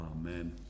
Amen